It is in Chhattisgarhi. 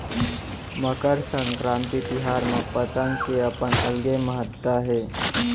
मकर संकरांति तिहार म पतंग के अपन अलगे महत्ता हे